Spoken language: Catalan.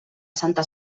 santa